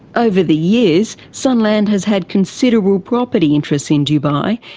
over the years sunland has had considerable property interests in dubai,